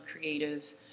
creatives